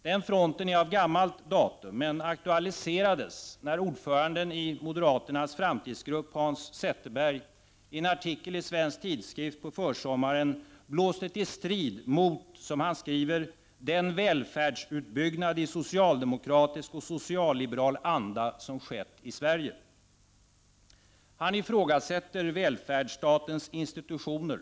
Den fronten är av gammalt datum men aktualiserades när ordföranden i moderaternas framtidsgrupp Hans Zetterberg i en artikel i Svensk Tidskrift på försommaren blåste till strid mot, som han skriver, ”den välfärdsutbyggnad i socialdemokratisk och socialliberal anda” som skett i Sverige. Han ifrågasätter välfärdsstatens institutioner.